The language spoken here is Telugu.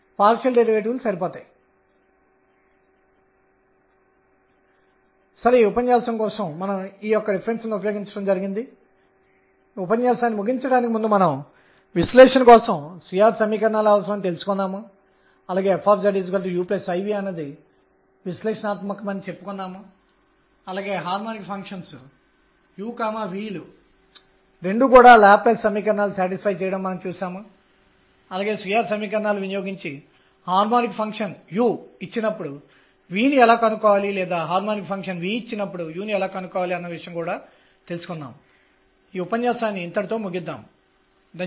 ముఖ్యమైనది మరియు తదుపరి ఉపన్యాసంలో నేను కవర్ చేయబోయేది ఏమిటంటే ఈ 3 క్వాంటం సంఖ్యలు ఇప్పుడు ప్రజలు వివిధ అణువుల వర్ణపటాన్ని మరియు ఆవర్తన పట్టికను కూడా వివరించడానికి ప్రయత్నిస్తారు మరియు ఎలక్ట్రాన్ స్పిన్ అనే భావనతో ముందుకు వచ్చారు